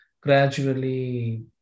gradually